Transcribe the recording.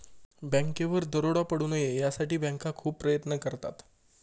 बँकेवर दरोडा पडू नये यासाठी बँका खूप प्रयत्न करतात